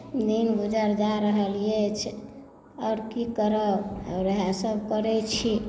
दिन गुजर जा रहल अछि आओर की करब आओर उएहसभ करैत छी